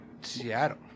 Seattle